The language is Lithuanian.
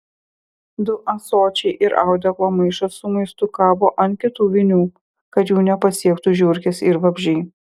du ąsočiai ir audeklo maišas su maistu kabo ant kitų vinių kad jų nepasiektų žiurkės ir vabzdžiai